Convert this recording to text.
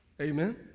Amen